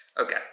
Okay